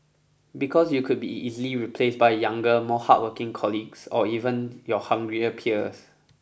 because you could be easily replaced by younger more hardworking colleagues or even your hungrier peers